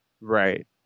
Right